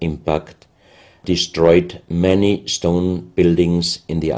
impact destroyed many stone buildings in the